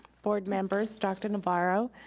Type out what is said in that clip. board members, dr. navarro,